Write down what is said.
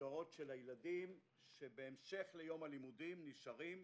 מסגרות הילדים שבהמשך ליום הלימודים נשארים,